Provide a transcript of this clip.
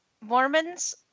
Mormons